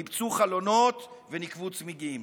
ניפצו חלונות וניקבו צמיגים,